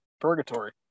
purgatory